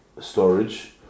storage